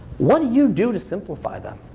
what do you do to simplify them?